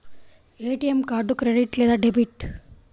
ATM card credit లేదా debit?